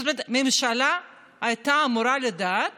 זאת אומרת, הממשלה הייתה אמורה לדעת